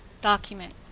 document